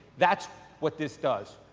that's what this does.